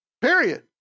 period